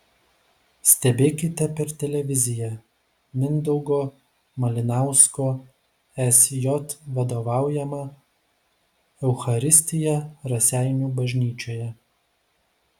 stebėkite per televiziją mindaugo malinausko sj vadovaujamą eucharistiją raseinių bažnyčioje